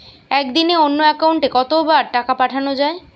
একদিনে অন্য একাউন্টে কত বার টাকা পাঠানো য়ায়?